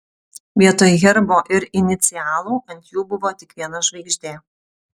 vietoj herbo ir inicialų ant jų buvo tik viena žvaigždė